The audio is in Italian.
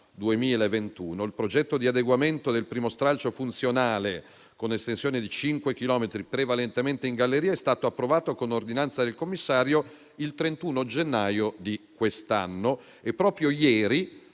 2021. Il progetto di adeguamento del primo stralcio funzionale, con estensione di cinque chilometri prevalentemente in galleria, è stato approvato con ordinanza del commissario il 31 gennaio di quest'anno. Proprio ieri,